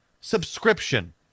subscription